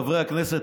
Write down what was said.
חברי הכנסת,